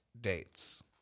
dates